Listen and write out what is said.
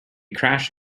crashed